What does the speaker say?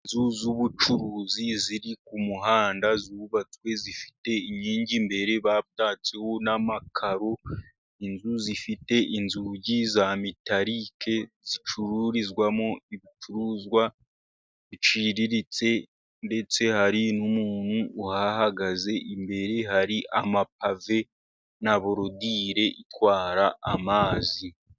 Inzu z'ubucuruzi ziri ku muhanda, zubatswe zifite inkingi, Imbere batatseho n'amakaro, inzu zifite inzugi za mitalike, zicururizwamo ibicuruzwa biciriritse, ndetse hari n'umuntu uhahagaze, imbere hari amapave na borudire itwara amazi.